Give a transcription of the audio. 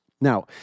Now